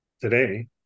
today